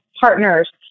partners